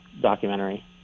documentary